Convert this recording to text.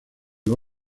los